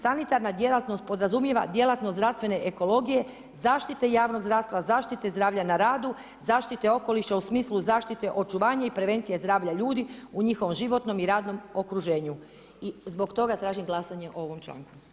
Sanitarna djelatnost podrazumijeva djelatnost zdravstvene ekologije, zaštite javnog zdravstva, zaštite zdravlja na radu, zaštite okoliša u smislu zaštite očuvanja i prevencije zdravlja ljudi u njihovom životnom i radnom okruženju i zbog toga tražim glasanje o ovom članku.